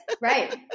Right